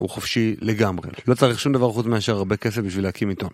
הוא חופשי לגמרי, לא צריך שום דבר חוץ מאשר הרבה כסף בשביל להקים איתו.